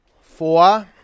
four